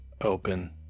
open